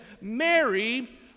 Mary